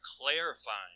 clarifying